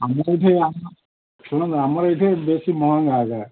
ଆମର ଏଠି ଶୁଣନ୍ତୁ ଆମର ଏଇଠି ବେଶୀ ମହଙ୍ଗା ଏକା